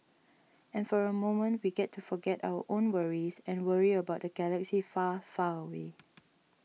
and for a moment we get to forget our own worries and worry about the galaxy far far away